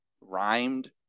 rhymed